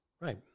Right